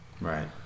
right